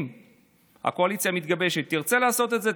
אם הקואליציה המתגבשת תרצה לעשות את זה,